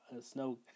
snow